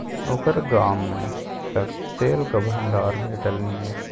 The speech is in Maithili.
ओकर गाममे तँ तेलक भंडार भेटलनि ये